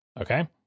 Okay